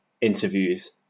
interviews